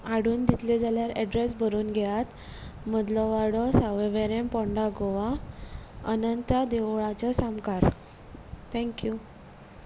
हाडून दितले जाल्यार एड्रेस बरोवन घेयात मदलो वाडो सावयवेऱ्यां पोंडा गोवा अनंता देवळाच्या सामकार थँक्यू